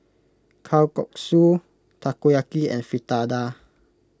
Kalguksu Takoyaki and Fritada